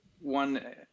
one